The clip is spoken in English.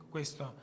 Questo